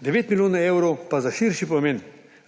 9 milijonov evrov pa za